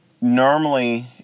normally